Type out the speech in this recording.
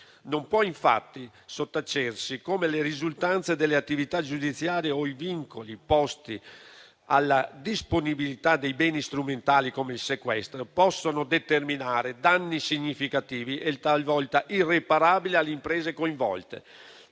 Non può infatti sottacersi come le risultanze delle attività giudiziarie o i vincoli posti alla disponibilità dei beni strumentali, come il sequestro, possano determinare danni significativi e talvolta irreparabili alle imprese coinvolte,